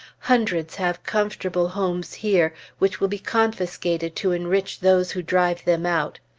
hundreds have comfortable homes here, which will be confiscated to enrich those who drive them out.